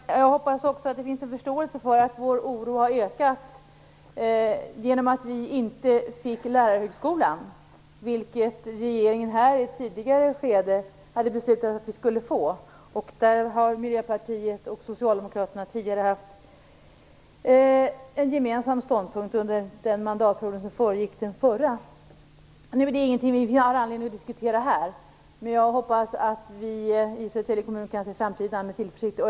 Fru talman! Jag hoppas också att det finns en förståelse för att vår oro har ökat genom att Södertälje inte fick Lärarhögskolan, vilket regeringen i ett tidigare skede hade beslutat att vi skulle få. Miljöpartiet och Socialdemokraterna hade en gemensam ståndpunkt under den mandatperiod som föregick den förra. Det är ingenting vi har anledning att diskutera här, men jag hoppas att vi kan se framtiden an med tillförsikt i Södertälje kommun.